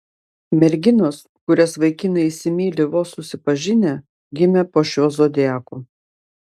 merginos kurias vaikinai įsimyli vos susipažinę gimė po šiuo zodiaku